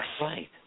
Right